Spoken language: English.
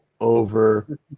over